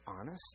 honest